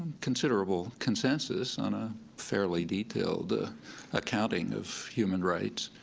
considerable consensus on a fairly detailed ah accounting of human rights.